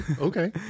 Okay